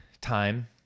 time